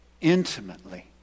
intimately